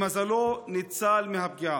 למזלו, הוא ניצל מהפגיעה.